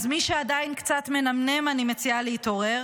אז מי שעדיין קצת מנמנם, אני מציעה להתעורר.